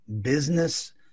business